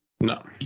No